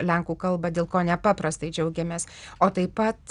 lenkų kalbą dėl ko nepaprastai džiaugiamės o taip pat